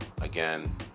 again